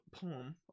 poem